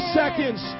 seconds